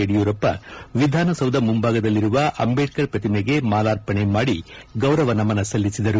ಯಡಿಯೂರಪ್ಪ ವಿಧಾನಸೌಧ ಮುಂಭಾಗದಲ್ಲಿರುವ ಅಂದೇಢರ್ ಪ್ರತಿಮೆಗೆ ಮಾಲಾರ್ಪಣೆ ಮಾಡಿ ಗೌರವ ನಮನ ಸಲ್ಲಿಸಿದರು